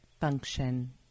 function